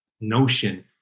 notion